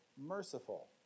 Merciful